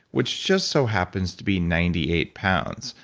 which just so happens to be ninety eight pounds.